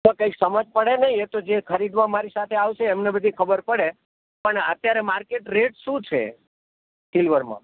તો કંઈ સમજ પડે નહીં તો જે ખરીદવા મારી સાથે આવશે એમને બધી ખબર પડે પણ અત્યારે માર્કેટ રેટ શું છે સિલ્વરમાં